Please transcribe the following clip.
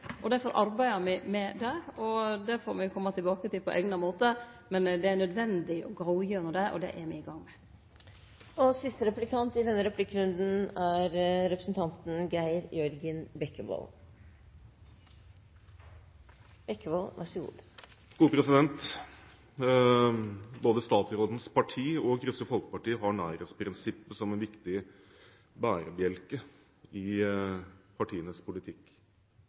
og derfor arbeider me med dette, og det får me kome tilbake til på eigna måtar. Men det er nødvendig å gå igjennom dette, og det er me i gang med. Både statsrådens parti og